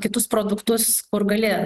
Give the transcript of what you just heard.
kitus produktus kur gali